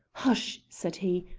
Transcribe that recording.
hush! said he,